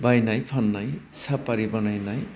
बायनाय फान्नाय सापारी बानायनाय